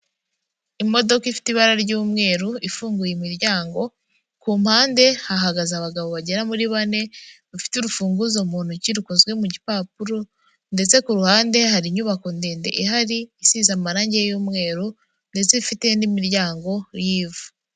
Imodoka ifite ibara ry'umweru ifunguye imiryango, ku mpande hahagaze abagabo bagera muri bane, bafite urufunguzo mu ntoki rukozwe mu gipapuro ndetse ku ruhande hari inyubako ndende ihari isize amarangi y'umweru ndetse ifite n'imiryango y'ivu..